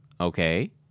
okay